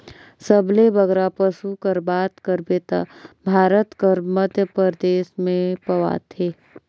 सबले बगरा पसु कर बात करबे ता भारत कर मध्यपरदेस में पवाथें